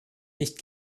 nicht